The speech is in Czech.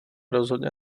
rozhodně